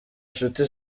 nshuti